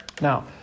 Now